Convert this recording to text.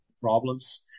problems